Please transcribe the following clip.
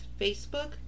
Facebook